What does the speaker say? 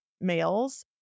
males